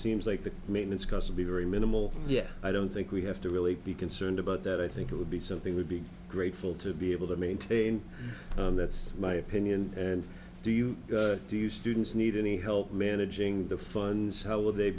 seems like the maintenance cost to be very minimal yet i don't think we have to really be concerned about that i think it would be something would be grateful to be able to maintain that's my opinion and do you do students need any help managing the funds how will they